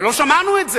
אבל לא שמענו את זה.